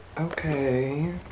Okay